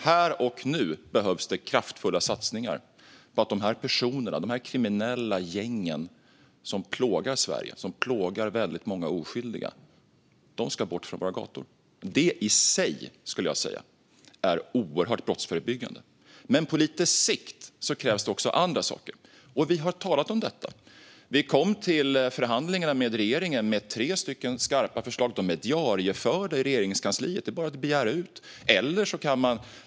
Här och nu behövs det kraftfulla satsningar på att de personer och de kriminella gäng som plågar Sverige och som plågar väldigt många oskyldiga ska bort från våra gator. Det i sig, skulle jag säga, är oerhört brottsförebyggande. Men på lite sikt krävs det också andra saker. Vi har talat om detta. Vi kom till förhandlingarna med regeringen med tre skarpa förslag. De är diarieförda i Regeringskansliet; det är bara att begära ut dem.